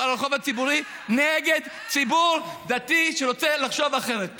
על הרחוב הציבורי נגד ציבור דתי שרוצה לחשוב אחרת.